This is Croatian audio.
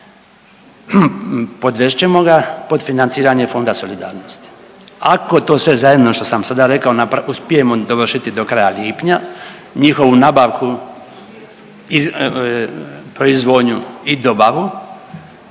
podvest ćemo ga pod financiranje Fonda solidarnosti. Ako to sve zajedno što sam sada rekao uspijemo dovršiti do kraja lipnja, njihovu nabavku, proizvodnju i dobavu